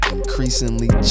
Increasingly